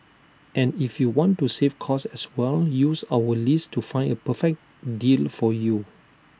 and if you want to save cost as well use our list to find A perfect deal for you